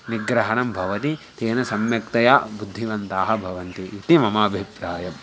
निग्रहणं भवति तेन सम्यक्तया बुद्धिमन्ताः भवन्ति इति मम अभिप्रायः